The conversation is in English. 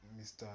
Mr